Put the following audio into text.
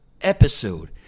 episode